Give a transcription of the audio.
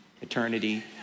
eternity